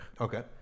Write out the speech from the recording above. okay